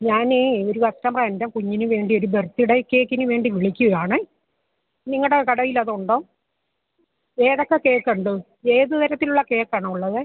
ഞാൻ ഒരു കസ്റ്റമറാണ് എൻ്റെ കുഞ്ഞിന് വേണ്ടി ഒരു ബർത്ത്ഡേ കേക്കിന് വേണ്ടി വിളിക്കുവാണ് നിങ്ങളുടെ കടയിൽ അതുണ്ടോ ഏതൊക്കെ കേക്ക് ഉണ്ട് ഏത് തരത്തിലുള്ള കേക്കാണ് ഉള്ളത്